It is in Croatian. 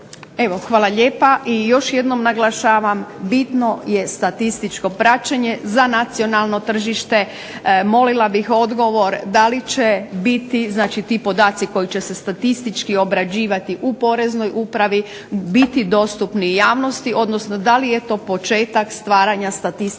hvala lijepa. I još jednom naglašavam, bitno je statističko praćenje za nacionalno tržište. Molila bih odgovor da li će biti, znači ti podaci koji će se statistički obrađivati u poreznoj upravi, biti dostupni javnosti, odnosno da li je to početak stvaranja statistike